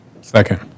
Second